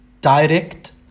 direct